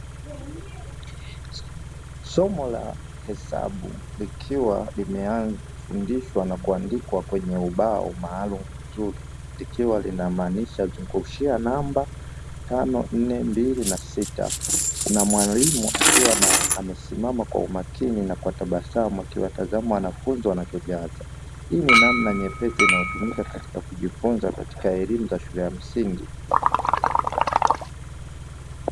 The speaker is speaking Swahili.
Somo la Hesabu likiwa limefundishwa na kuandikwa kwenye ubao maalumu mzuri likiwa linamaanisha "Zungushia namba tano, nne, mbili na sita". Kuna mwalimu akiwa amesimama kwa makini na kwa tabasamu akiwatazama wanafunzi wanachojaza. Hii ni namna nyepesi inayotumika katika kujifunza katika elimu ya shule ya msingi.